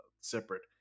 separate